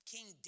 King